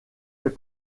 fait